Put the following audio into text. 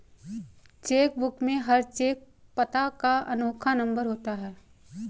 check book में हर cheque पता का अनोखा नंबर होता है